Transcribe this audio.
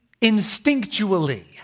instinctually